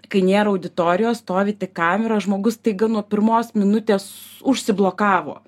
kai nėra auditorijos stovi tik kamera žmogus staiga nuo pirmos minutės užsiblokavo